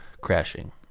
crashing